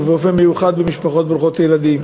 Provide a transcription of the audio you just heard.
ובאופן מיוחד במשפחות ברוכות ילדים.